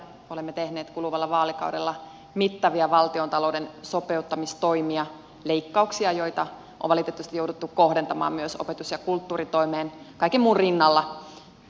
olemme tehneet kuluvalla vaalikaudella mittavia valtiontalouden sopeuttamistoimia leikkauksia joita on valitettavasti jouduttu kohdentamaan myös opetus ja kulttuuritoimeen kaiken muun rinnalla